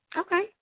Okay